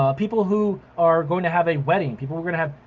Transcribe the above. ah people who are going to have a wedding. people who are gonna have.